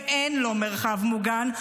ואין לו מרחב מוגן,